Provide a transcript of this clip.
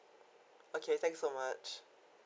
okay thanks so much